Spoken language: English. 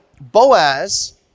Boaz